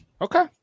Okay